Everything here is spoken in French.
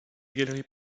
galerie